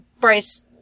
Bryce